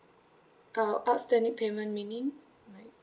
uh outstanding payment meaning like